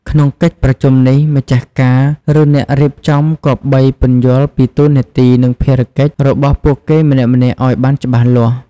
ក្នុងកិច្ចប្រជុំនេះ ម្ចាស់ការ ឬអ្នករៀបចំគប្បី ពន្យល់ពីតួនាទី និងភារកិច្ច របស់ពួកគេម្នាក់ៗឱ្យបានច្បាស់លាស់។